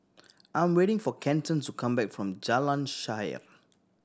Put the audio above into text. I am waiting for Kenton to come back from Jalan Shaer